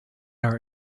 our